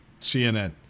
CNN